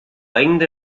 ainda